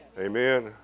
Amen